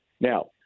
Now